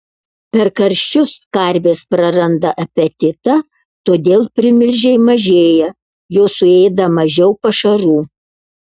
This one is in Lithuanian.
per karščius karvės praranda apetitą todėl primilžiai mažėja jos suėda mažiau pašarų